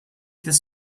this